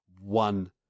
one